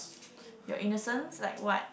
your innocence like what